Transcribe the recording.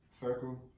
Circle